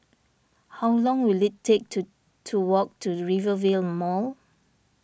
how long will it take to to walk to Rivervale Mall